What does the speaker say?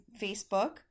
Facebook